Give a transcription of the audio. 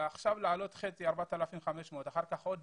כלומר, להעלות עכשיו 4,500 ואחר כך עוד